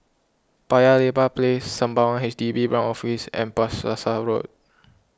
Paya Lebar Place Sembawang H D B Branch Office and Bras Basah Road